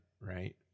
right